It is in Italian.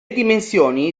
dimensioni